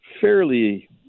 fairly